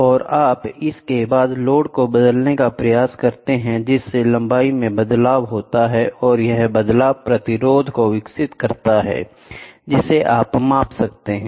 और आप इसके बाद लोड को बदलने का प्रयास करते हैं जिससे लंबाई में बदलाव होता है और यह बदलाव प्रतिरोध को विकसित करता है जिसे आप माप सकते हैं